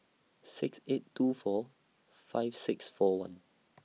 six eight two four five six four one